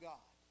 God